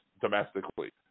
domestically